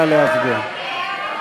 נא להצביע.